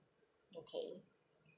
okay